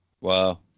Wow